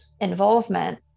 involvement